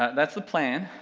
that's the plan,